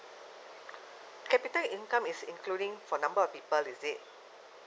capital income is including for number of people is it